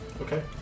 Okay